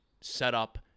setup